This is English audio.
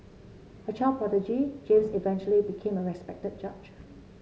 a child prodigy James eventually became a respected judge